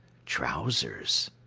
trousers.